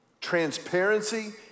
Transparency